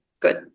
good